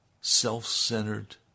self-centered